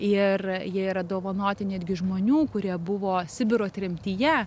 ir jie yra dovanoti netgi žmonių kurie buvo sibiro tremtyje